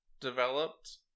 developed